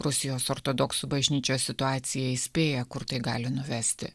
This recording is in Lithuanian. rusijos ortodoksų bažnyčios situacija įspėja kur tai gali nuvesti